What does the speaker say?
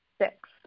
six